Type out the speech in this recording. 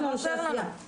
אנחנו אנשי עשייה.